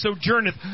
sojourneth